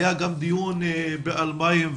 היה גם דיון ב-2018.